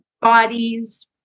bodies